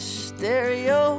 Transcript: stereo